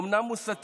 חלקם אומנם מוסתים,